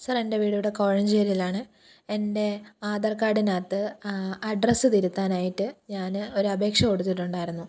sir എൻ്റെ വീട് ഇവിടെ കോഴഞ്ചേരിയിലാണ് എൻ്റെ ആധാർ കാർഡിന്റെയകത്ത് അഡ്രസ്സ് തിരുത്തനായിട്ട് ഞാന് ഒരപേക്ഷ കൊടുത്തിട്ടുണ്ടായിരുന്നു